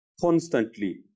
constantly